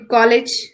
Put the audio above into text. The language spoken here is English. College